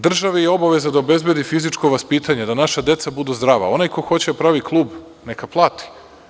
Državi je obaveza da obezbedi fizičko vaspitanje, da naša deca budu zdrava, onaj ko hoće da pravi klub, neka plati.